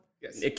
Yes